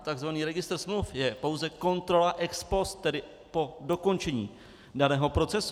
Takzvaný registr smluv je pouze kontrola ex post, tedy po dokončení daného procesu.